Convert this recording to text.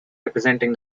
representing